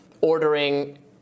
ordering